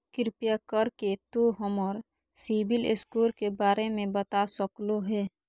कृपया कर के तों हमर सिबिल स्कोर के बारे में बता सकलो हें?